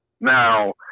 Now